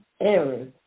errors